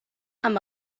amb